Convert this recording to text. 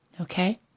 Okay